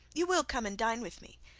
you will come and dine with me,